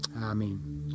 Amen